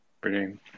Brilliant